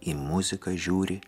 į muziką žiūri